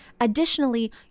Additionally